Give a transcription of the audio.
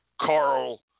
Carl